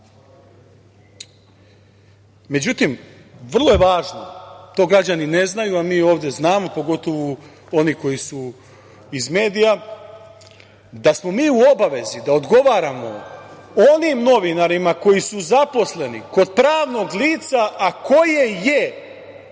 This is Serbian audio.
Đilasa.Međutim, vrlo je važno, to građani ne znaju, mi ovde znamo, pogotovo oni koji su iz medija, da smo mi u obavezi da odgovaramo onim novinarima koji su zaposleni kod pravnog lica, a koje je